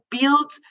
build